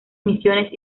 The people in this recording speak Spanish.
misiones